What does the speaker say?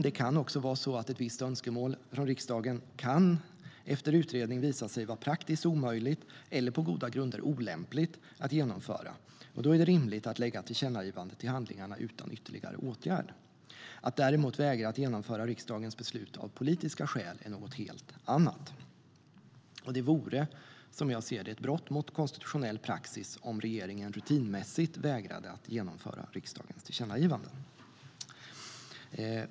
Det kan dock vara så att ett visst önskemål från riksdagen efter utredning visar sig vara praktiskt omöjligt eller på goda grunder olämpligt att genomföra. Då är det rimligt att lägga tillkännagivandet till handlingarna utan ytterligare åtgärd. Att däremot vägra att genomföra riksdagens beslut av politiska skäl är något helt annat, och det vore som jag ser det ett brott mot konstitutionell praxis om regeringen rutinmässigt vägrade att genomföra riksdagens tillkännagivanden.